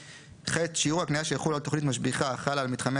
(ח) שיעור ההקניה שיחול על תוכנית משביחה החלה על מתחמי